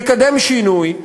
תקדם שינוי,